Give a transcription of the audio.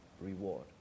reward